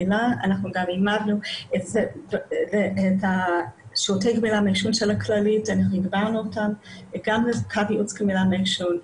הגברנו את שירותי הפסקת עישון של הכללית והקמנו קו ייעוץ גמילה מעישון.